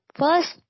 first